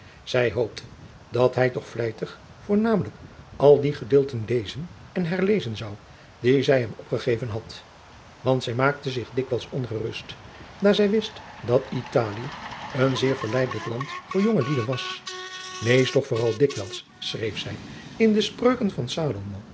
zij hoopte dat hij toch vlijtig voornamelijk alle die gedeelten lezen en herlezen zou die zij hem opgegeven had want zij maakte zij zich dikwijls adriaan loosjes pzn het leven van maurits lijnslager ongerust daar zij wist dat italie een zeer verleidelijk land voor jongelieden was lees toch vooral dikwijls schreef zij in de spreuken van